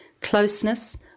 closeness